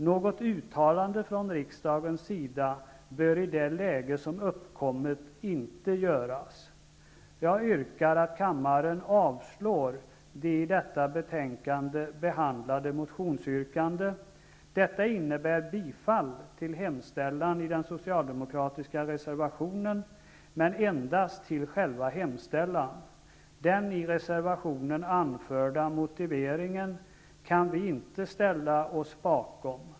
Något uttalande från riksdagens sida bör inte göras i det läge som uppkommit. Jag yrkar att kammaren avslår de i detta betänkande behandlade motionsyrkandena. Detta innebär bifall till hemställan i den socialdemokratiska reservationen -- men endast till själva hemställan. Den i reservationen anförda motiveringen kan vi inte ställa oss bakom.